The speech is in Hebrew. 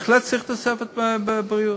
בהחלט צריך תוספת בבריאות.